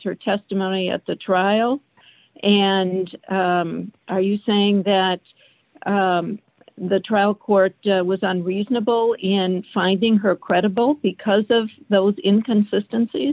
her testimony at the trial and are you saying that the trial court was unreasonable in finding her credible because of those into insistenc